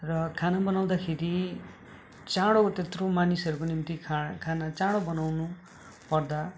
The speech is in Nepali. र खाना बनाउँदाखेरि चाँडो त्यत्रो मानिसहरूको निम्ति खाना चाँडो बनाउनु पर्दा